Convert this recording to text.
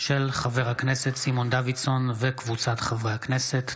של חבר הכנסת סימון דוידסון וקבוצת חברי הכנסת.